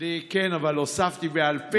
כן, אבל הוספתי בעל פה.